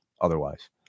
otherwise